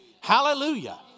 Hallelujah